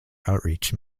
outreach